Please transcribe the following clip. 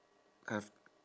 have